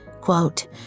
quote